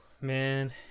Man